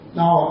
now